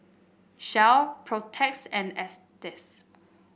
Shell Protex and Asics